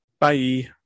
bye